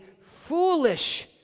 foolish